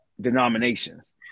denominations